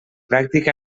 pràctica